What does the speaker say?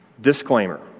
Disclaimer